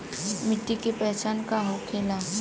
मिट्टी के पहचान का होखे ला?